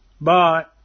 Bye